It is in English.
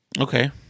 Okay